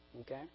Okay